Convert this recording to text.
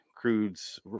Crude's